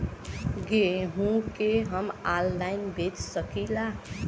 गेहूँ के हम ऑनलाइन बेंच सकी ला?